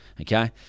okay